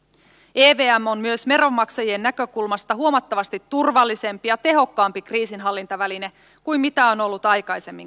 evm on myös veronmaksajien näkökulmasta huomattavasti turvallisempi ja tehokkaampi kriisinhallintaväline kuin mitä on ollut aikaisemmin käytössä